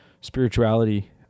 spirituality